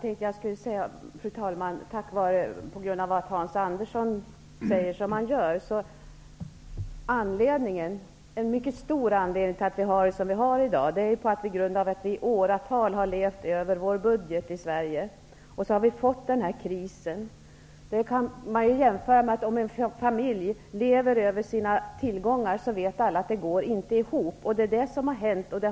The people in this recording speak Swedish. Fru talman! Jag tänkte att jag skulle bemöta Hans Andersson. En betydelsefull anledning till att vi har det som vi har det i dag är att vi i Sverige i åratal har levt över vår budget. Så har vi fått krisen. Man kan jämföra det med en familj som lever över sina tillgångar. Alla vet att det inte går ihop. Det är det som har hänt.